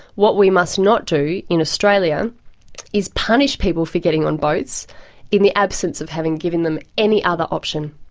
what we must not do in australia is punish people for getting on boats in the absence of having given them any other option,